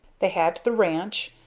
they had the ranch,